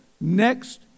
next